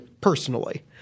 personally